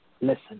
Listen